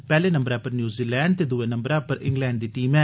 पैहले नम्बरै पर न्यूजीलैंड ते दुए नम्बरै पर इंग्लैंड दी टीम ऐ